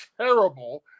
terrible